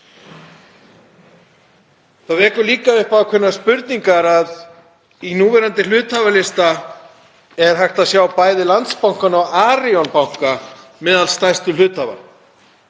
Það vekur líka upp ákveðnar spurningar að á núverandi hluthafalista er hægt að sjá bæði Landsbankann og Arion banka meðal stærstu hluthafa.